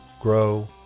grow